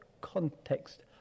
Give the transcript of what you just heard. context